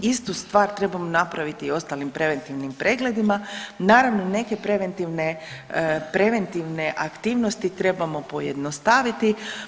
Istu stvar trebamo napraviti i u ostalim preventivnim pregledima, naravno neke preventivne aktivnosti trebamo pojednostaviti.